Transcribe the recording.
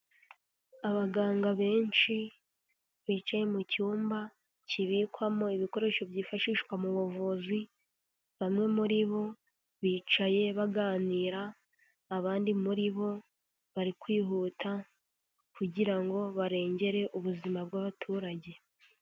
Abaganga benshi bicaye mu cyumba kibikwamo ibikoresho byifashishwa mu buvuzi bamwe muri bo bicaye baganira abandi muri bo bari kwihuta kugira ngo barengere ubuzima bw'abaturage.